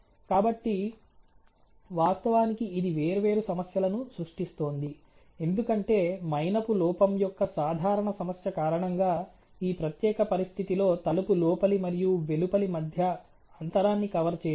కాబట్టి వాస్తవానికి ఇది వేర్వేరు సమస్యలను సృష్టిస్తోంది ఎందుకంటే మైనపు లోపం యొక్క సాధారణ సమస్య కారణంగా ఈ ప్రత్యేక పరిస్థితిలో తలుపు లోపలి మరియు వెలుపలి మధ్య అంతరాన్ని కవర్ చేయదు